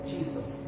Jesus